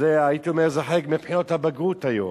והייתי אומר, זה חלק מבחינות הבגרות היום.